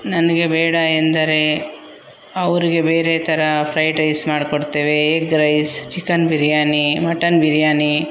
ನನಗೆ ಬೇಡ ಎಂದರೆ ಅವ್ರಿಗೆ ಬೇರೆ ಥರ ಫ್ರೈಡ್ ರೈಸ್ ಮಾಡಿಕೊಡ್ತೇವೆ egg rice chicken biryani mutton biryani